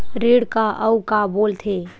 ऋण का अउ का बोल थे?